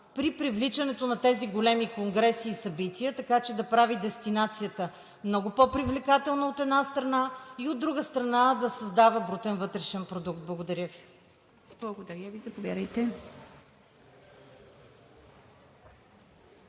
при привличането на тези големи конгреси и събития, така че да прави дестинацията много по-привлекателна, от една страна, и от друга страна, да създава брутен вътрешен продукт. Благодаря Ви. ПРЕДСЕДАТЕЛ ИВА